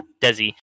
Desi